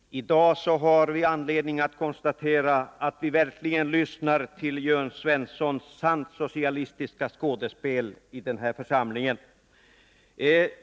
Herr talman! I dag har vi anledning att konstatera att vi verkligen lyssnar på Jörn Svenssons socialistiska skådespel i den här församlingen.